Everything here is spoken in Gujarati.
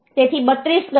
તેથી 32 ગયા